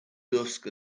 dusk